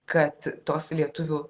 kad tos lietuvių